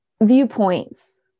viewpoints